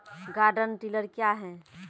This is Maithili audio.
गार्डन टिलर क्या हैं?